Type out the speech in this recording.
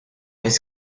his